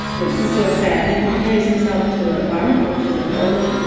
this is so sad. he compares himself to a bark, which is a boat,